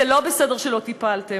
זה לא בסדר שלא טיפלתם,